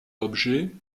objet